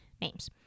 names